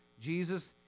Jesus